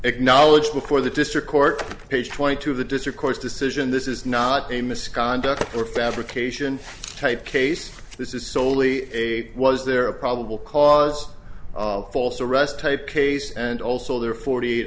acknowledged before the district court page twenty two of the district court's decision this is not a misconduct or fabrication type case this is soley a was there a probable cause of false arrest type case and also their forty eight